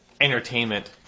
entertainment